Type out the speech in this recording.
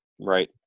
right